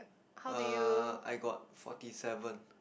err I got forty seven